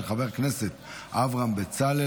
של חבר הכנסת אברהם בצלאל.